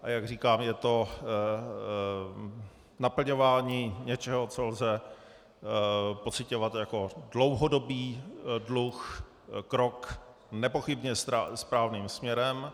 A jak říkám, je to naplňování něčeho, co lze pociťovat jako dlouhodobý dluh, krok nepochybně správným směrem.